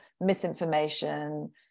misinformation